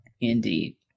Indeed